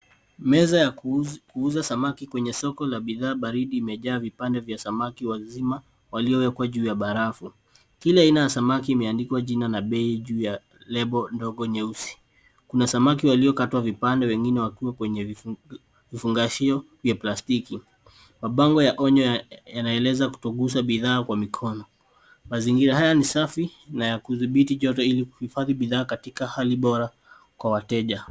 Meza ya kuuza samaki kwenye soko la bidhaa baridi imejaa vipande vya samaki wazima waliowekwa juu ya barafu. Kila aina ya samaki imeandikwa jina na bei juu ya lebo ndogo nyeusi. Kuna samaki waliokatwa vipande wengine wakiwa kwenye vifungashio vya plastiki. Mabango ya onyo yanaeleza kutoguza bidhaa kwa mikono. Mazingira haya ni safi na ya kudhibiti joto ili kuhifadhi bidhaa katika hali bora kwa wateja.